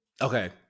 Okay